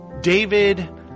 David